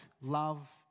love